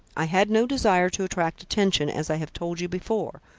i had no desire to attract attention, as i have told you before,